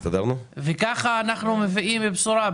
כך אנחנו מביאים בשורה.